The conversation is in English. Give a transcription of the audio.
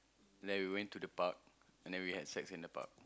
then we went to the park and then we had sex in the park